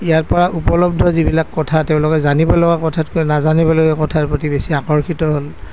ইয়াৰ পৰা উপলব্ধ যিবিলাক কথা তেঁওলোকে জানিবলগীয়া কথাতকৈ নাজানিবলগীয়া কথাৰ প্ৰতি বেছি আকৰ্ষিত হ'ল